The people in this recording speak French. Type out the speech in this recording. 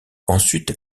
ensuite